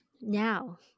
Now